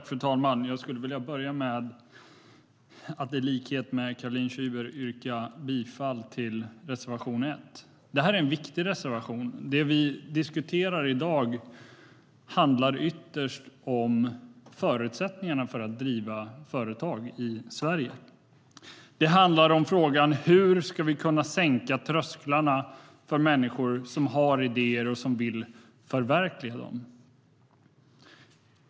Fru talman! Jag skulle vilja börja med att i likhet med Caroline Szyber yrka bifall till reservation 1. Det är en viktig reservation. Det vi diskuterar i dag handlar ytterst om förutsättningarna för att driva företag i Sverige. Det handlar om frågan: Hur ska vi kunna sänka trösklarna för människor som har idéer och som vill förverkliga dem?